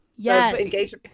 yes